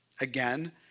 Again